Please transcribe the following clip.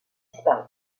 disparu